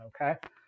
Okay